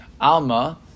Alma